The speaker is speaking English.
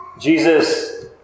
Jesus